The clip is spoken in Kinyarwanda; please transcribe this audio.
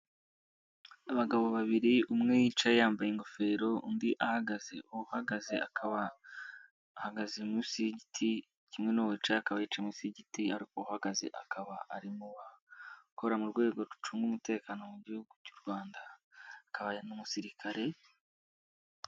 Abagabo babiri umwe yicaye yambaye ingofero undi ahagaze, uhagaze akaba ahagaze munsi y'igiti kimwe n'uwo wicaye akaba yicaye munsi y'igiti, ariko uhagaze akaba ari mu bakora mu rwego rucunga umutekano mu gihugu cy'u Rwanda akaba n'umusirikare.